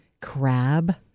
crab